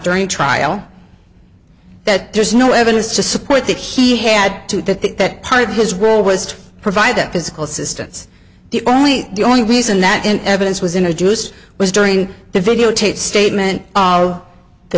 during trial that there's no evidence to support that he had to think that part of his role was to provide a physical systems the only the only reason that evidence was introduced was during the videotaped statement oh the